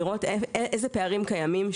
לראות איזה פערים קיימים.